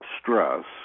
stress